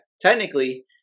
Technically